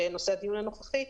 שזה נושא הדיון הנוכחי,